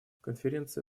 конференция